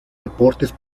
deportes